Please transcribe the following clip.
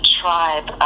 tribe